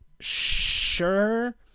sure